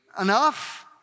enough